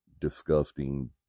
disgusting